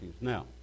Now